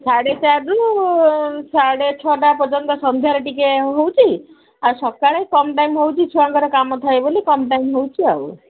ସାଢ଼େ ଚାରିରୁ ସାଢ଼େ ଛଅଟା ପର୍ଯ୍ୟନ୍ତ ସନ୍ଧ୍ୟାରେ ଟିକେ ହେଉଛି ଆଉ ସକାଳେ କମ୍ ଟାଇମ୍ ହେଉଛି ଛୁଆଙ୍କର କାମ ଥାଏ ବୋଲି କମ୍ ଟାଇମ୍ ହେଉଛି ଆଉ